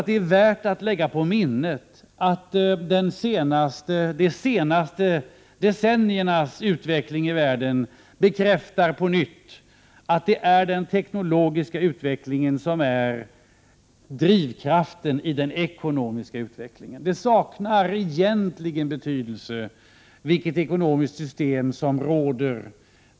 Det är värt att lägga på minnet att de senaste decenniernas utveckling i världen på nytt bekräftar att det är den teknologiska utvecklingen som är drivkraften i den ekonomiska utvecklingen. Det saknar egentligen betydelse vilket ekonomiskt system som råder.